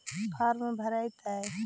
Farm भरे परतय?